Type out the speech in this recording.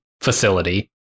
facility